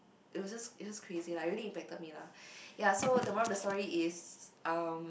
it was just it was just crazy lah it really impacted me lah ya so the moral of the story is um